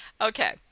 okay